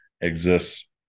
exists